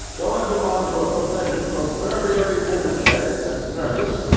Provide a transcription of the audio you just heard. though i belong to a profession proverbially energetic and nervous,